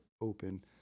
open